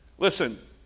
Listen